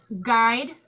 guide